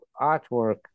artwork